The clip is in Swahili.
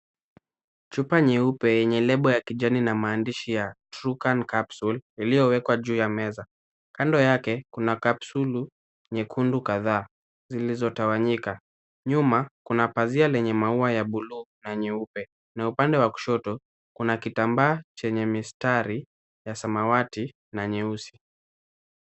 Chupa nyeupe yenye lebo ya kijani na maandishi ya: Trukan Capsule, iliyowekwa juu ya meza. Kando yake, kuna kapsulu nyekundi kadhaa zilizotawanyika. Nyuma, kuna pazia lenye maua ya buluu na nyeupe, na upande wa kushoto, kuna kitambaa chenye mistari ya samawati na nyeusi.